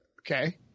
Okay